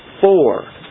four